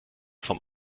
vom